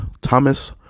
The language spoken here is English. Thomas